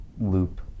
loop